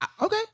Okay